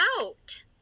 out